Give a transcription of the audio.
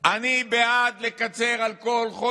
ואני רוצה להיטיב איתם, כל מי